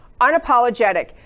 unapologetic